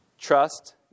Trust